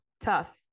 tough